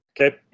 Okay